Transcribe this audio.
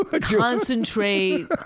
concentrate